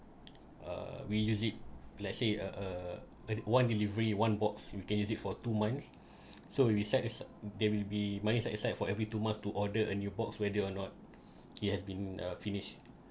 uh we use it let's say uh the one delivery one box you can use it for two months so we set as they will be money set aside for every two months to order a new box whether or not he has been uh finished